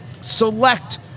Select